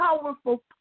powerful